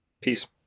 peace